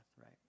right